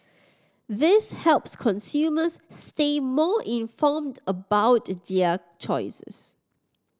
this helps consumers stay more informed about their choices